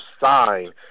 sign